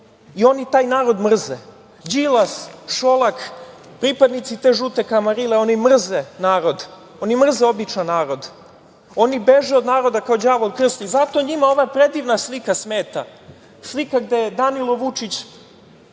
i oni taj narod mrze. Đilas, Šolak, pripadnici te žute kamarile, oni mrze narod, oni mrze običan narod, oni beže od naroda kao đavo od krst i zato njima ova predivna slika smeta. Slika gde je Danilo Vučić